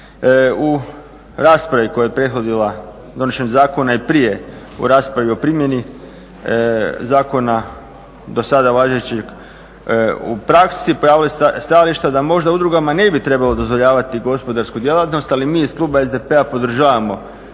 U raspravi koja je prethodila donošenju zakona i prije u raspravi o primjeni zakona, do sada važećeg u praksi pojavilo se stajališta da možda udrugama ne bi trebalo dozvoljavati gospodarsku djelatnost, ali mi iz kluba SDP-a podržavamo stajalište